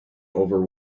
over